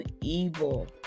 evil